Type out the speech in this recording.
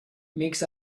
makes